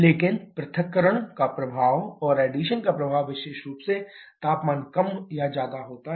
लेकिन पृथक्करण का प्रभाव और एडिशन का प्रभाव विशेष रूप से तापमान कम या ज्यादा होता है